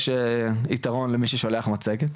יש יתרון למי ששולח לנו מצגת,